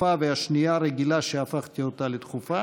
דחופה והשנייה רגילה שהפכתי אותה לדחופה.